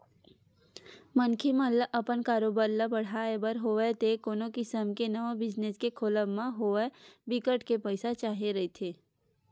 मनखे मन ल अपन कारोबार ल बड़हाय बर होवय ते कोनो किसम के नवा बिजनेस के खोलब म होवय बिकट के पइसा चाही रहिथे